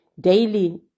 daily